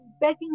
begging